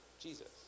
Jesus